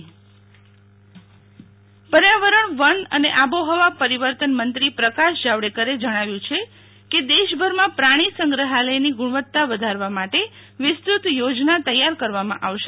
શીતલ વૈશ્નવ પ્રકાશ જાવડેકર ઝ્ર પર્યાવરણ વનઅને આબોહવા પરિવર્તન મંત્રી પ્રકાશ જાવડેકરે જણાવ્યું છે કે દેશભરમાં પ્રાણીસંગ્રહાલયની ગુણવત્તા વધારવા માટે વિસ્તૃત યોજના તૈયાર કરવામાં આવશે